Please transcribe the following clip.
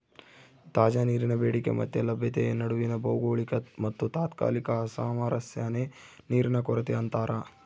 ತಾಜಾ ನೀರಿನ ಬೇಡಿಕೆ ಮತ್ತೆ ಲಭ್ಯತೆಯ ನಡುವಿನ ಭೌಗೋಳಿಕ ಮತ್ತುತಾತ್ಕಾಲಿಕ ಅಸಾಮರಸ್ಯನೇ ನೀರಿನ ಕೊರತೆ ಅಂತಾರ